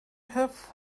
have